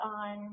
on